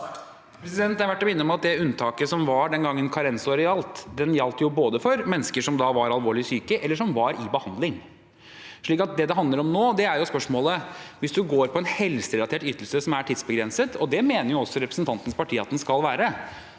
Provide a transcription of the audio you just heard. det unntaket som var den gangen karensåret gjaldt, gjaldt for mennesker som var alvorlig syke, eller som var i behandling. Det det handler om nå, er at man går på en helserelatert ytelse som er tidsbegrenset. Det mener også representantens parti at den skal være.